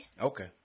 Okay